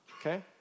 Okay